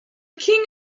king